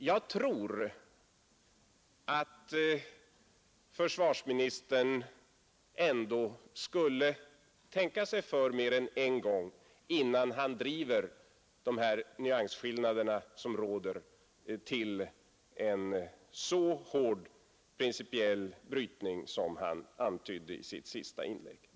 Jag tror att försvarsministern ändå skulle tänka sig för mer än en gång innan han driver de nyansskillnader som råder till en så hård principiell brytning som han antydde i sitt sista inlägg.